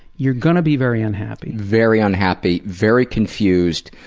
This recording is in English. you're going to be very unhappy. very unhappy, very confused,